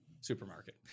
supermarket –